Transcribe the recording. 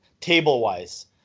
table-wise